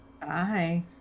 Bye